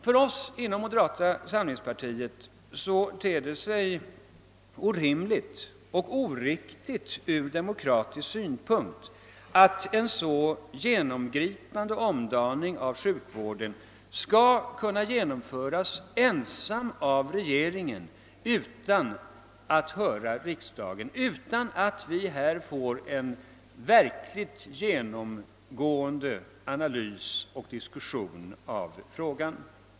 För oss inom moderata samlingspartiet ter det sig från demokratisk synpunkt orimligt och oriktigt att en så genomgripande omdaning av sjukvården skall kunna genomföras av regeringen ensam utan att den hör riksdagen, utan att vi här får en verkligt genomgående analys av och diskussion om frågan.